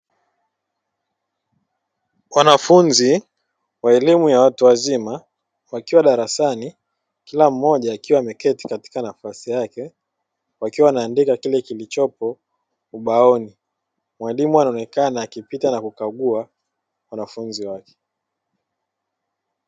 Wanafunzi wa elimu ya watu wazima wakiwa darasani kila mmoja akiwa ameketi katika nafasi yake wakiwa wanaandika kilichopo ubaoni mwalimu anaoenekana akipita na kukagua wanafunzi wake.